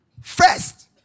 First